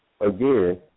again